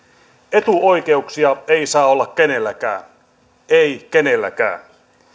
etuoikeuksia ei saa olla kenelläkään ei kenelläkään